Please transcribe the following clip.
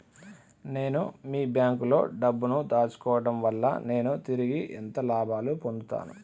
నేను మీ బ్యాంకులో డబ్బు ను దాచుకోవటం వల్ల నేను తిరిగి ఎంత లాభాలు పొందుతాను?